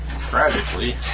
Tragically